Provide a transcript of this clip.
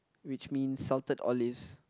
which means salted olives